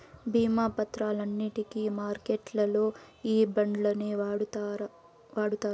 భీమా పత్రాలన్నింటికి మార్కెట్లల్లో ఈ బాండ్లనే వాడుతారు